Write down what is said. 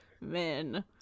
Men